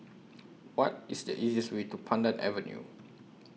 What IS The easiest Way to Pandan Avenue